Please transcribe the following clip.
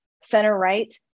center-right